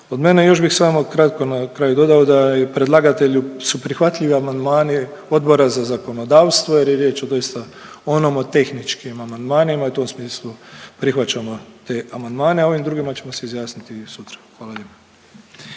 od mene i još bih samo kratko na kraju dodao da i predlagatelju su prihvatljivi amandmani Odbora za zakonodavstvo jer je riječ o doista o nomotehničkim amandmanima i u tom smislu prihvaćamo te amandmane, a o ovim drugima ćemo se izjasniti sutra. Hvala